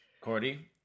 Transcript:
Cordy